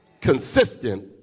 consistent